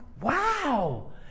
wow